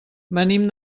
venim